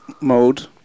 mode